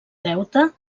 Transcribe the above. deute